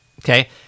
okay